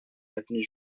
avenue